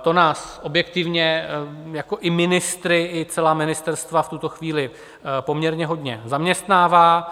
To nás objektivně jako ministry i celá ministerstva v tuto chvíli poměrně hodně zaměstnává.